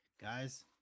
guys